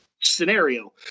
scenario